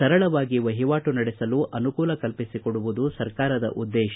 ಸರಳವಾಗಿ ವಹಿವಾಟು ನಡೆಸಲು ಅನುಕೂಲ ಕಲ್ಪಿಸಿಕೊಡುವುದು ಸರ್ಕಾರದ ಉದ್ದೇಶ